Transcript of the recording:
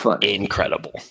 incredible